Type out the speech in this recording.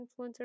influencers